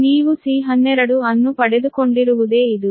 ನೀವು C12 ಅನ್ನು ಪಡೆದುಕೊಂಡಿರುವುದೇ ಇದು